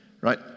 right